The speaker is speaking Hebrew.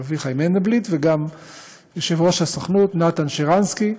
אביחי מנדלבליט, וגם יושב-ראש הסוכנות נתן שרנסקי.